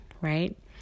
right